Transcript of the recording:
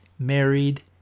married